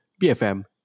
BFM